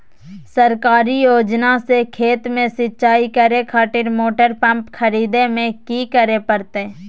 सरकारी योजना से खेत में सिंचाई करे खातिर मोटर पंप खरीदे में की करे परतय?